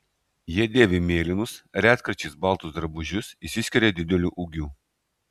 jie dėvi mėlynus retkarčiais baltus drabužius išsiskiria dideliu ūgiu